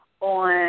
on